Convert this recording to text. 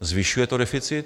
Zvyšuje to deficit?